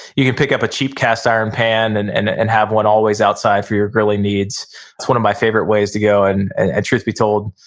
you can pick up a cheap cast iron pan and and and have one always outside for your grilling needs. it's one of my favorite ways to go. and and and truth be told,